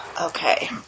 Okay